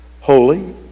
holy